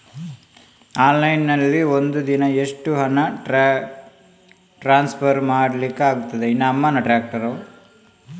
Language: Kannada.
ಆನ್ಲೈನ್ ನಲ್ಲಿ ಒಂದು ದಿನ ಎಷ್ಟು ಹಣ ಟ್ರಾನ್ಸ್ಫರ್ ಮಾಡ್ಲಿಕ್ಕಾಗ್ತದೆ?